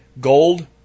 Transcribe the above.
Gold